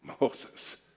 Moses